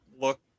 look